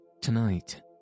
Tonight